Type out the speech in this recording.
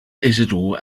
isidore